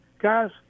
Guys